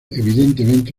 evidentemente